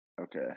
Okay